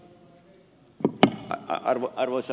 arvoisa puhemies